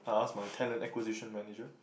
I'll ask my talent acquisition manager